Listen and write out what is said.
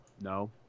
No